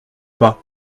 pas